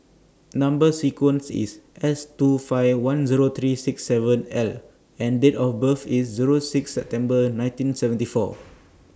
Number sequence IS S two five one Zero three six seven L and Date of birth IS Zero six September nineteen seventy four